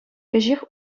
кӗҫех